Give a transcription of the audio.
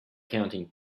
counting